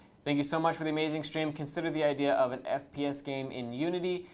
thank you so much for the amazing stream. consider the idea of an fps game in unity.